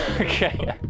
Okay